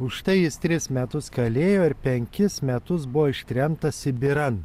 už tai jis tris metus kalėjo ir penkis metus buvo ištremtas sibiran